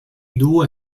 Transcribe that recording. due